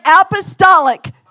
Apostolic